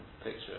picture